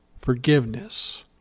forgiveness